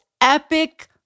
epic